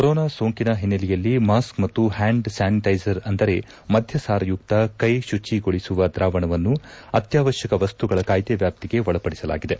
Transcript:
corona ಸೋಂಕಿನ ಹಿನ್ನೆಲೆಯಲ್ಲಿ mask ಮತ್ತು ಹ್ಯಾಂಡ್ ಸ್ಥಾನಿಟೈಸರ್ ಅಂದರೆ ಮದ್ಯಸಾರಯುಕ್ತ ಕೈ ಶುಚಿಗೊಳಿಸುವ ದ್ರಾವಣವನ್ನು ಅತ್ಯಾವಶ್ಯಕ ವಸ್ತುಗಳ ಕಾಯ್ದೆ ವ್ಯಾಪ್ತಿಗೆ ಒಳಪಡಿಸಲಾಗಿದೆ